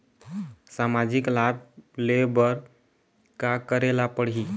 सामाजिक लाभ ले बर का करे ला पड़ही?